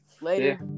Later